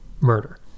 murder